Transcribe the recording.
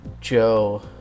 Joe